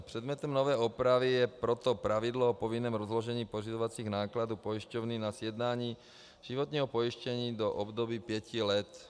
Předmětem nové úpravy je proto pravidlo o povinném rozložení pořizovacích nákladů pojišťovny na sjednání životního pojištění do období pěti let.